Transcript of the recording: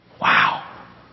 Wow